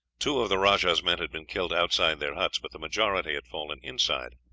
two of the rajah's men had been killed outside their huts, but the majority had fallen inside.